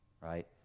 right